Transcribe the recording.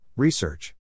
Research